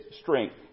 strength